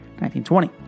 1920